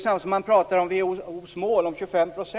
Sverige har mycket riktigt anslutit sig till WHO:s mål om 25 %,